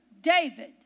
David